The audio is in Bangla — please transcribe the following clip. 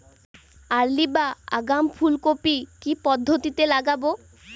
আর্লি বা আগাম ফুল কপি কি পদ্ধতিতে লাগাবো?